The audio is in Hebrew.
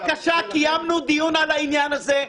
קיימנו דיון על העניין הזה.